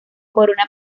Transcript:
corona